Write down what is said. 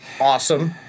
awesome